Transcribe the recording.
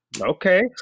Okay